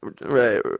Right